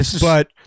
but-